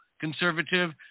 conservative